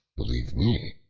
believe me,